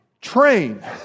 train